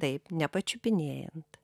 taip nepačiupinėjant